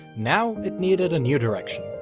now it needed a new direction.